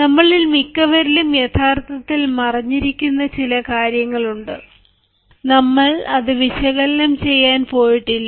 നമ്മളിൽ മിക്കവരിലും യഥാർത്ഥത്തിൽ മറഞ്ഞിരിക്കുന്ന ചില കാര്യങ്ങളുണ്ട് നമ്മൾ അത് വിശകലനം ചെയ്യാൻ പോയിട്ടില്ല